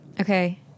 Okay